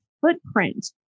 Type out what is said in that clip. footprint